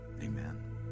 Amen